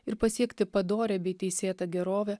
ir pasiekti padorią bei teisėtą gerovę